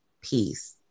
Peace